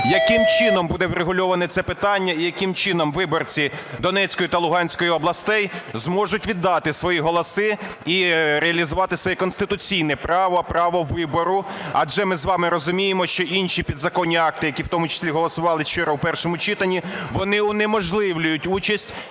Яким чином буде врегульовано це питання, і яким чином виборці Донецької та Луганської областей зможуть віддати свої голоси і реалізувати своє конституційне право – право вибору? Адже ми з вами розуміємо, що інші підзаконні акти, які у тому числі голосувалися щиро у першому читанні, вони унеможливлюють участь